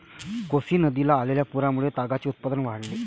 कोसी नदीला आलेल्या पुरामुळे तागाचे उत्पादन वाढले